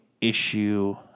Issue